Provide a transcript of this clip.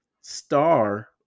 star